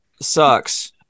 sucks